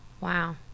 wow